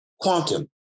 Quantum